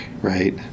right